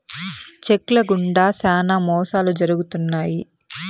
check ల గుండా శ్యానా మోసాలు జరుగుతున్నాయి